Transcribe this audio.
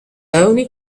only